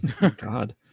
God